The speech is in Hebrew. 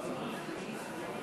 חברי הכנסת,